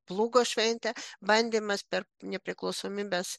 plūgo šventė bandymas per nepriklausomybės